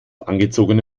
angezogene